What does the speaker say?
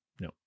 No